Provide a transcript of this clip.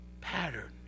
Pattern